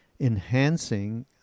enhancing